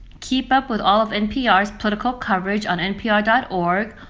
keep up with all of npr's political coverage on npr dot org,